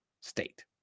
state